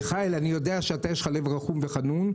מיכאל, אני יודע שיש לך לב רחום וחנון.